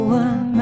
one